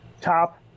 top